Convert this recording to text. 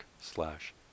slash